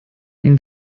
ihn